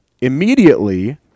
Immediately